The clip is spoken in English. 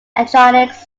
electronics